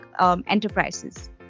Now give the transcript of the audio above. enterprises